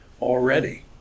already